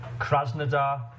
Krasnodar